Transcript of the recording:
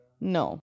No